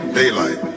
daylight